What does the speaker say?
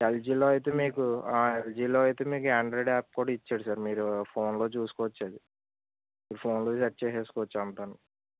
ఎల్జీలో అయితే మీకు ఎల్జీలో అయితే మీకు ఆండ్రాయిడ్ యాప్ కూడా ఇచ్చాడు సార్ మీరు ఫోన్లో చూసుకు వచ్చు అది మీ ఫోన్లో సెట్ చేసుకోవచ్చు అంతా